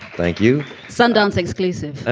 thank you sundance exclusive. ah